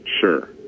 sure